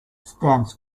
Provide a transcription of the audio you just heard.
stands